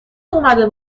اومده